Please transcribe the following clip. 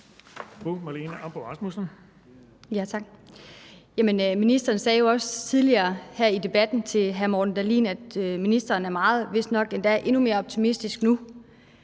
ministeren sagde jo også tidligere her i dag til hr. Morten Dahlin, at ministeren er meget og vistnok endda endnu mere optimistisk nu.